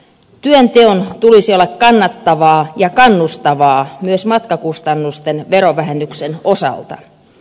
työnteon tulisi olla kannattavaa ja kannustavaa myös matkakustannusten verovähennyksen osalta